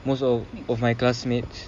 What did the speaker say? most of of my classmates